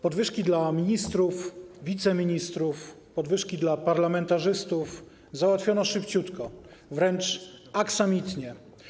Podwyżki dla ministrów, wiceministrów, podwyżki dla parlamentarzystów załatwiono szybciutko, wręcz aksamitnie.